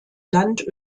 land